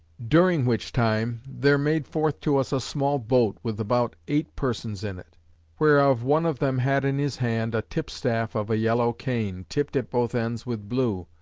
during which time, there made forth to us a small boat, with about eight persons in it whereof one of them had in his hand a tipstaff of a yellow cane, tipped at both ends with blue,